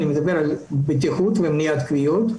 אני מדבר על בטיחות ומניעת כוויות.